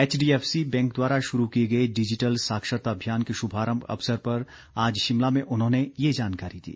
HDFC bank द्वारा शुरू किए गए डिजिटल साक्षरता अभियान के शुभारंभ अवसर पर आज शिमला में उन्होंने ये जानकारी दी